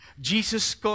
Jesus